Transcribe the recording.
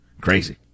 Crazy